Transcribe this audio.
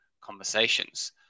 conversations